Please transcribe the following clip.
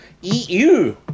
EU